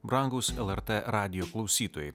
brangūs lrt radijo klausytojai